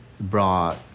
brought